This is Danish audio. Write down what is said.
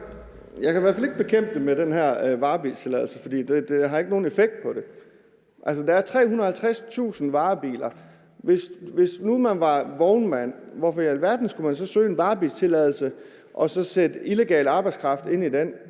Jeg kan i hvert fald ikke bekæmpe det med den her varebilstilladelse, for det har ikke nogen effekt på det. Altså, der er 350.000 varebiler. Hvis nu man var vognmand, hvorfor i alverden skulle man så søge en varebilstilladelse og så sætte illegal arbejdskraft ind i den?